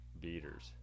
beaters